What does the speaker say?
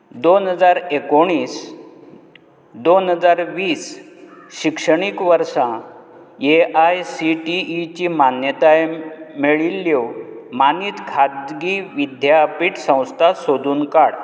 दोन हजार एकोणीस दोन हजार वीस शिक्षणीक वर्सा ये आय सि टि इची मान्यताय मेळिल्ल्यो मानीत खाजगी विद्यापीट संस्था सोदून काड